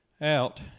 out